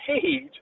page